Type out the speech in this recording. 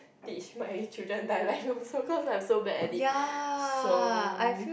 teach my children dialect also cause I'm so bad at it so